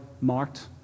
marked